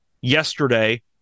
yesterday